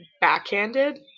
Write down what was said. Backhanded